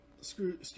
screw